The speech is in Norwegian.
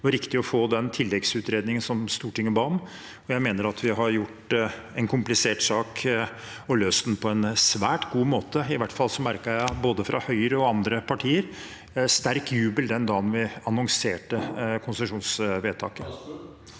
Det var riktig å få den tilleggsutredningen som Stortinget ba om. Jeg mener vi har tatt en komplisert sak og løst den på en svært god måte. I hvert fall merket jeg både fra Høyre og andre partier sterk jubel den dagen vi annonserte konsesjonsvedtaket.